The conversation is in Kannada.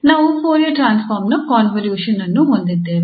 ನಾವು ಫೋರಿಯರ್ ಟ್ರಾನ್ಸ್ಫಾರ್ಮ್ ನ ಕಾಂವೊಲ್ಯೂಷನ್ ಅನ್ನು ಹೊಂದಿದ್ದೇವೆ